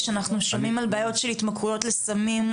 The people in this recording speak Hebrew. כשאנחנו שומעים על בעיות של התמכרויות לסמים,